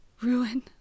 Ruin